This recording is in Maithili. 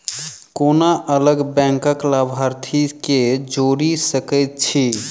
कोना अलग बैंकक लाभार्थी केँ जोड़ी सकैत छी?